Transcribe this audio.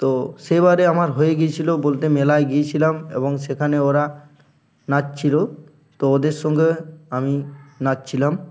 তো সেবারে আমার হয়ে গিয়েছিলো বলতে মেলায় গিয়েছিলাম এবং সেখানে ওরা নাচছিল তো ওদের সঙ্গে আমি নাচছিলাম